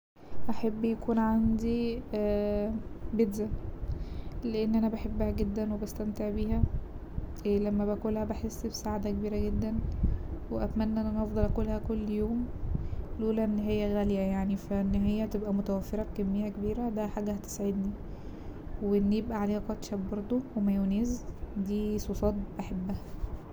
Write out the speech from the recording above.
هحب يكون عندي بيتزا لأن أنا بحبها جدا وبستمتع بيها لما باكلها بحس بسعادة كبيرة جدا واتمنى ان انا افضل اكلها كل يوم لولا انها غالية يعني فا ان هي تبقى متوفرة بكمية كبيرة دي حاجة هتسعدني وان يبقى عليها كاتشب بردو ومايونيز دي صوصات بحبها.